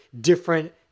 different